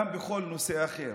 גם בכל נושא אחר.